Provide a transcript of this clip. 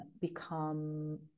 become